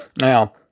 Now